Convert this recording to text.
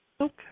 Okay